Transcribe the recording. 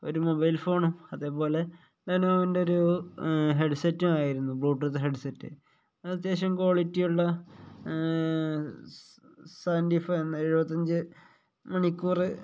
ഒരു മൊബൈൽ ഫോണും അതേപോലെ ലെനോവോവിൻ്റെ ഒരു ഹെഡ്സെറ്റുമായിരുന്നു ബ്ലൂടൂത്ത് ഹെഡ്സെറ്റ് അത്യാവശ്യം ക്വാളിറ്റിയുള്ള സെവൻറ്റി ഫൈവ് എഴുപത്തിയഞ്ച് മണിക്കൂര്